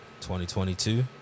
2022